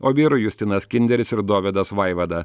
o vyrų justinas kinderis ir dovydas vaivada